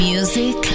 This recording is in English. Music